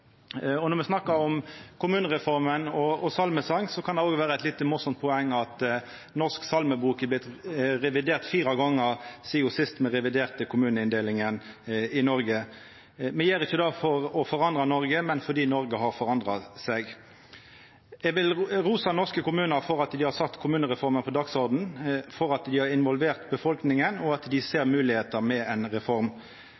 Og når me snakkar om kommunereforma og salmesong, kan det òg vera eit litt morosamt poeng at Norsk salmebok har vorte revidert fire gonger sidan me sist reviderte kommuneinndelinga i Noreg. Me gjer ikkje det for å forandra Noreg, men fordi Noreg har forandra seg. Eg vil rosa norske kommunar for at dei har sett kommunereforma på dagsordenen, for at dei har involvert befolkninga, og at dei